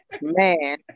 Man